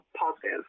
positive